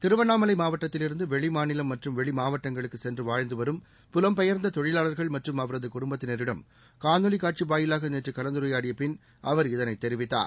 திருவண்ணாமலை மாவட்டத்தில் இருந்து வெளிமாநிலம் மற்றும் வெளி மாவட்டங்களுக்கு சென்று வாழ்ந்துவரும் புலம்பெயர்ந்த தொழிலாளர்கள் மற்றும் அவரது குடும்பத்தினரிடம் காணொலி காட்சி வாயிலாக நேற்று கலந்துரையாடிய பின் அவர் இதனை தெரிவித்தார்